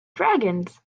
dragons